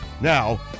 Now